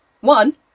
One